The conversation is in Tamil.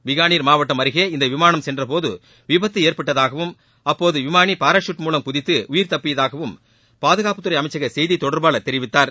பிக்கானீர் மாவட்டம் அருகே இந்த விமானம் சென்றபோது விபத்து ஏற்பட்டதாகவும் அப்போது விமானி பாராசூட் மூலம் குதித்து உயிர் தப்பியதாகவும் பாதுகாப்புத்துறை அமைச்சக செய்தி தொடர்பாளர் தெரிவித்தார்